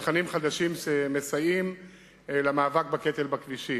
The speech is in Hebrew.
ובתכנים חדשים שמסייעים למאבק בקטל בכבישים.